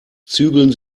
zügeln